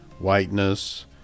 whiteness